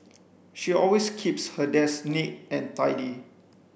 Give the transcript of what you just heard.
she always keeps her desk neat and tidy